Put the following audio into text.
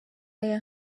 aya